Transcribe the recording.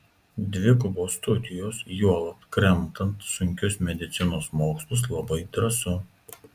dvigubos studijos juolab kremtant sunkius medicinos mokslus labai drąsu